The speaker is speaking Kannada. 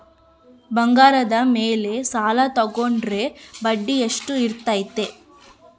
ಬಂಗಾರದ ಮೇಲೆ ಸಾಲ ತೋಗೊಂಡ್ರೆ ಬಡ್ಡಿ ಎಷ್ಟು ಇರ್ತೈತೆ?